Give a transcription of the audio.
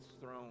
throne